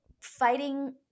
fighting